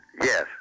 Yes